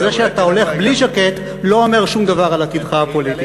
זה שאתה הולך בלי ז'קט לא אומר שום דבר על עתידך הפוליטי.